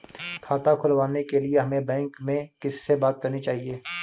खाता खुलवाने के लिए हमें बैंक में किससे बात करनी चाहिए?